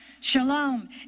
Shalom